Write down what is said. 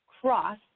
cross